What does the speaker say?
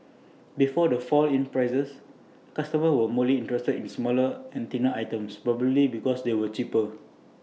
before the fall in prices customers were more interested in smaller and thinner items probably because they were cheaper